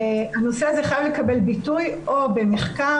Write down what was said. הנושא הזה חייב לקבל ביטוי או במחקר,